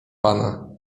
pana